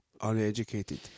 uneducated